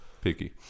picky